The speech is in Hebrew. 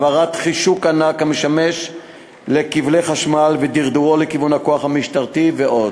הבערת חישוק ענק המשמש לכבלי חשמל ודרדורו לכיוון הכוח המשטרתי ועוד.